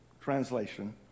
translation